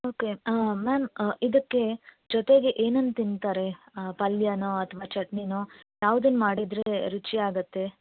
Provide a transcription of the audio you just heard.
okay ma'am ಇದಕ್ಕೆ ಜೊತೆಗೆ ಏನನ್ನು ತಿಂತಾರೆ ಪಲ್ಯನೋ ಅಥವಾ ಚಟ್ನಿನೋ ಯಾವ್ದನ್ನು ಮಾಡಿದ್ರೆ ರುಚಿಯಾಗುತ್ತೆ